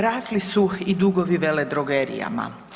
Rasli su i dugovi veledrogerijama.